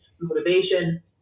motivation